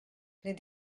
les